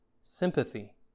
sympathy